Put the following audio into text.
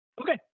Okay